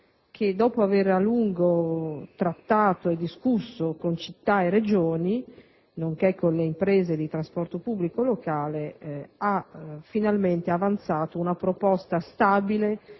che dopo aver a lungo trattato e discusso con le città e le Regioni, nonché con le imprese di trasporto pubblico locale, ha finalmente avanzato una proposta stabile